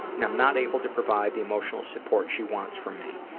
and i'm not able to provide the emotional support she wants from me.